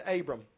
Abram